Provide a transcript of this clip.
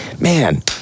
man